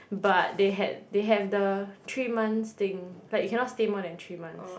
but they had they have the three months thing like you cannot stay more than three months